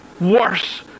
worse